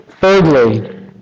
Thirdly